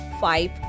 five